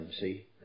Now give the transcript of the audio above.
see